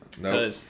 No